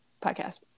podcast